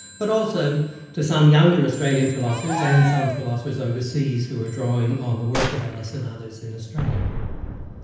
but also to some younger australian philosophers and some philosophers overseas who are drawing on the work of ellis and others in australia.